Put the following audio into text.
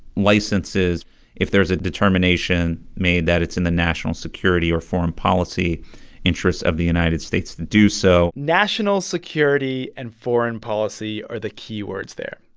licenses if there is a determination made that it's in the national security or foreign policy interests of the united states to do so national security and foreign policy are the key words there.